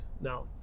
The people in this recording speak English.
Now